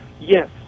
yes